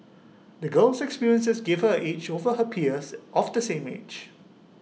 the girl's experiences gave her an edge over her peers of the same age